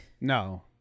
No